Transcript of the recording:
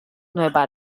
nueva